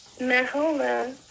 Mahola